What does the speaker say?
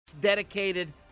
dedicated